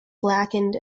blackened